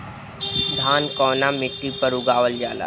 धान कवना मिट्टी पर उगावल जाला?